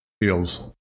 Feels